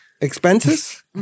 Expenses